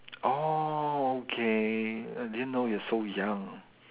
orh okay I didn't know you're so young